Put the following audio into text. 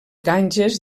ganges